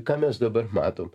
ką mes dabar matom